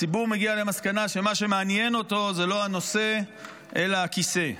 הציבור מגיע למסקנה שמה שמעניין אותו הוא לא הנושא אלא הכיסא,